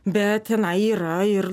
bet tenai yra ir